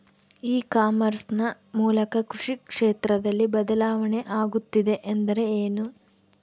E commerce ನ ಮೂಲಕ ಕೃಷಿ ಕ್ಷೇತ್ರದಲ್ಲಿ ಬದಲಾವಣೆ ಆಗುತ್ತಿದೆ ಎಂದರೆ ಏನು?